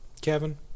Kevin